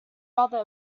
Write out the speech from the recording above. rather